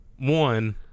One